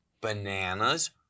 bananas